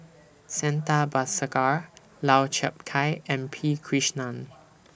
Santha Bhaskar Lau Chiap Khai and P Krishnan